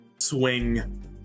swing